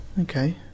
Okay